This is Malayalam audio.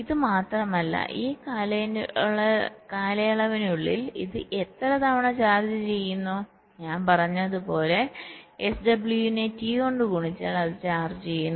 ഇത് മാത്രമല്ല ഈ കാലയളവിനുള്ളിൽ ഇത് എത്ര തവണ ചാർജ് ചെയ്യുന്നു ഞാൻ പറഞ്ഞതുപോലെ SW നെ T കൊണ്ട് ഗുണിച്ചാൽ അത് ചാർജ് ചെയ്യുന്നു